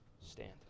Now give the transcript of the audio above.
stand